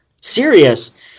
serious